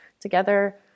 together